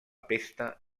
pesta